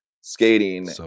skating